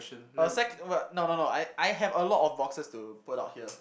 uh sec~ no no no I I have a lot of boxes to put out here